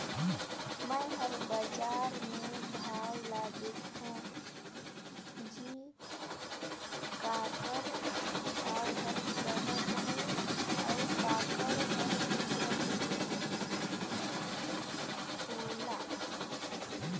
मे हर बाजार मे भाव ल देखथों जी काखर भाव हर चड़हत हे अउ काखर हर उतरत हे तोला